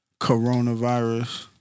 Coronavirus